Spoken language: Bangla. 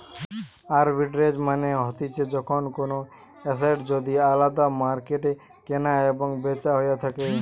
আরবিট্রেজ মানে হতিছে যখন কোনো এসেট যদি আলদা মার্কেটে কেনা এবং বেচা হইয়া থাকে